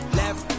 left